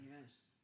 Yes